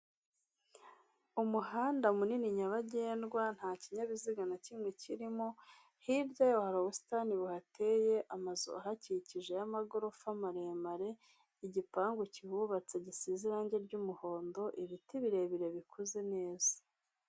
Umuhanda munini nyabagendwa, nta kinyabiziga na kimwe kirimo. Hirya yoho hari ubusitani buhateye, amazu ahakikije y'amagorofa maremare, igipangu kihubatse gisize irangi ry'umuhondo, ibiti birebire bikoze neza.